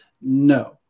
No